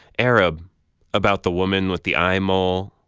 arab about the woman with the eye mole,